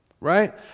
Right